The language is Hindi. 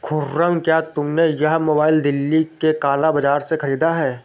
खुर्रम, क्या तुमने यह मोबाइल दिल्ली के काला बाजार से खरीदा है?